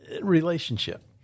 relationship